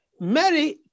Mary